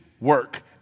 work